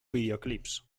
videoclips